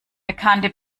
bekannte